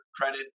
credit